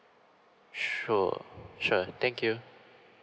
sure sure thank you